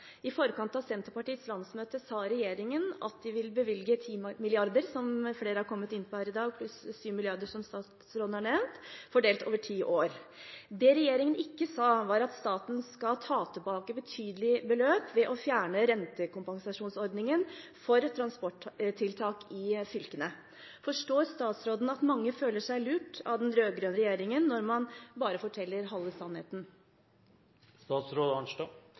I forkant av Senterpartiets landsmøte sa regjeringen at den vil bevilge 10 mrd. kr, som flere har vært inne på her i dag, pluss 7 mrd. kr som statsråden har nevnt, fordelt over ti år. Det regjeringen ikke sa, var at staten skal ta tilbake betydelige beløp ved å fjerne rentekompensasjonsordningen for transporttiltak i fylkene. Forstår statsråden at mange føler seg lurt av den rød-grønne regjeringen når man bare forteller halve sannheten?